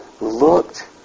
looked